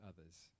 others